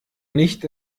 nicht